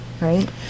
right